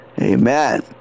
Amen